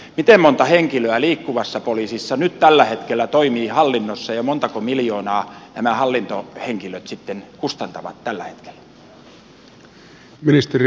miten monta henkilöä liikkuvassa poliisissa tällä hetkellä toimii hallinnossa ja montako miljoonaa nämä hallintohenkilöt sitten kustantavat tällä hetkellä